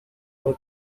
for